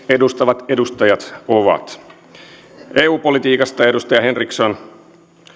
edustavat edustajat ovat eu politiikasta edustaja henriksson